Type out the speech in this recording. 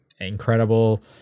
incredible